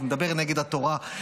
אתה מדבר נגד התורה.